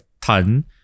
ton